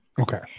Okay